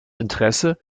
interesse